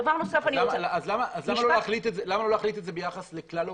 דבר נוסף אני רוצה להגיד-- אז למה לא להחליט את זה ביחס לכלל האוכלוסיה?